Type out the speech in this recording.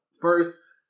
first